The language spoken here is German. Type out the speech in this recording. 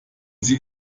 sie